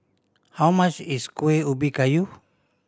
how much is Kuih Ubi Kayu